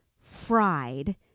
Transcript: fried